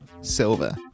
Silver